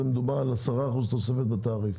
מדובר על תוספת של 10% בתעריף.